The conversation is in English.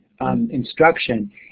instruction